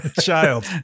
child